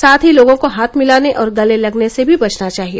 साथ ही लोगों को हाथ मिलाने और गले गलने से भी बचना चाहिए